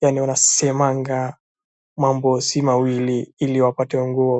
,yaani wanasemanga mambo si mawili ili wapate nguo.